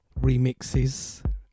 remixes